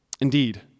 Indeed